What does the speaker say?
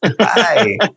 Hi